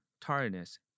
tiredness